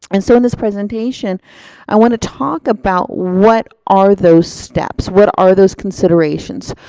and so in this presentation i want to talk about what are those steps? what are those considerations?